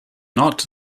not